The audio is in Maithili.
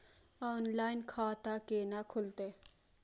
ऑनलाइन खाता केना खुलते?